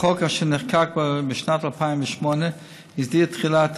החוק אשר נחקק בשנת 2008 הסדיר תחילה את